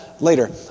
later